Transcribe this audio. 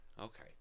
Okay